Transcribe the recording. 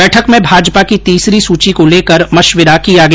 बैठक में भाजपा की तीसरी सुची को लेकर मशविरा किया गया